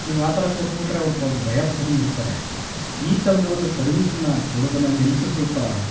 ನೀವು ಆ ಥರ ಕೊಟ್ಬಿಟ್ರೆ ಅವ್ರು ಪಾಪ ಭಯ ಪಟ್ಕೊಂಬಿಡ್ತಾರೆ ಈ ಥರದ ಒಂದು ಸರ್ವೀಸನ್ನು ಕೊಡೋದನ್ನು ನಿಲ್ಸಿ ಸ್ವಲ್ಪ